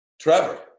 Trevor